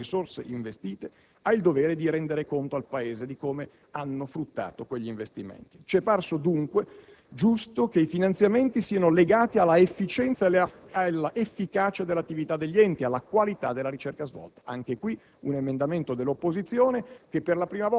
pubblica delle risorse investite ha anche il dovere di rendere conto al Paese di come hanno fruttato gli investimenti. Ci è parso dunque giusto che i finanziamenti siano legati all'efficienza e alla efficacia della attività degli enti, alla qualità della ricerca svolta. Anche a tal riguardo è stato